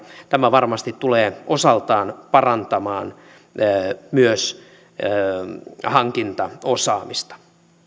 tämä varmasti tulee osaltaan parantamaan myös hankintaosaamista